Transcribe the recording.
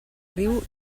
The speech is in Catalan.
riu